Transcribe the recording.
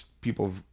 people